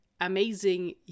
amazing